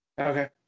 Okay